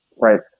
Right